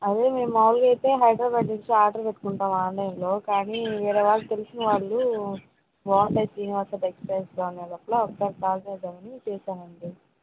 అదే మేము మామూలుగా అయితే హైద్రాబాద్ నుంచి ఆర్డర్ పెట్టుకుంటాం ఆన్లైన్లో కానీ వేరే వాళ్ళు తెలిసిన వాళ్ళు బాగుంటాయి శ్రీనివాస టెక్స్టైల్స్ అనడం వల్ల ఒకసారి కాల్ చేద్దామని చేసామండి